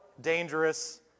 dangerous